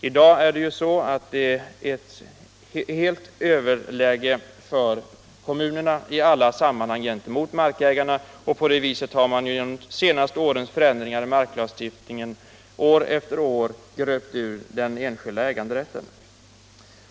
I dag har kommunerna helt överläget i alla sammanhang gentemot markägarna, och på det viset har man genom de senaste årens förändringar i marklagstiftningen år efter år gröpt ur den enskilda äganderätten.